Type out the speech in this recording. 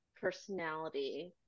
personality